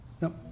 No